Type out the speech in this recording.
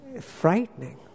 frightening